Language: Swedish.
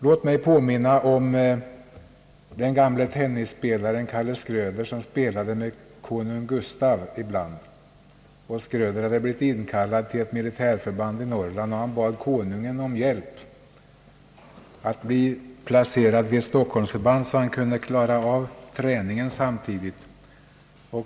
Låt mig påminna om den gamle tennispelaren Kalle Schröder, som spelade med konung Gustaf. Schröder hade blivit inkallad till ett militärförband i Norrland, och han bad kungen om hjälp att bli placerad vid ett stockholmsförband, så att han kunde klara av träningen samtidigt.